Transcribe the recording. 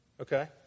Okay